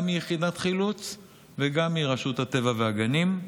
גם מיחידת חילוץ וגם מרשות הטבע והגנים,